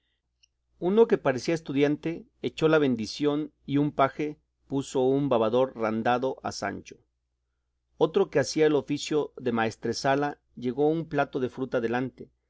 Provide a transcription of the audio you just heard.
uno que parecía estudiante echó la bendición y un paje puso un babador randado a sancho otro que hacía el oficio de maestresala llegó un plato de fruta delante